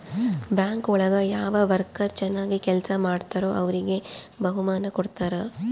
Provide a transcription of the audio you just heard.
bank ಒಳಗ ಯಾವ worker ಚನಾಗ್ ಕೆಲ್ಸ ಮಾಡ್ತಾರೋ ಅವ್ರಿಗೆ ಬಹುಮಾನ ಕೊಡ್ತಾರ